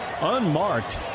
unmarked